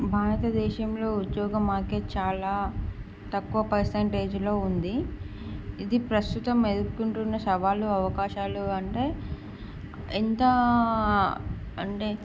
భారత దేశంలో ఉద్యోగం మాకే చాలా తక్కువ పర్సంటేజ్లో ఉంది ఇది ప్రస్తుతం ఎదుర్కొంటున్న సవాళ్లు అవకాశాలు అంటే ఎంత అంటే